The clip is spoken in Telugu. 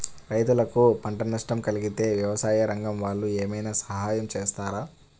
రైతులకు పంట నష్టం కలిగితే వ్యవసాయ రంగం వాళ్ళు ఏమైనా సహాయం చేస్తారా?